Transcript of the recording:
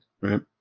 right